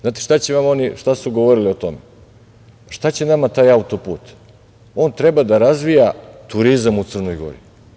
Znate šta su oni govorili o tome, šta će nama taj auto-put, on treba da razvija turizam u Crnoj Gori.